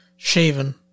shaven